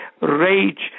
rage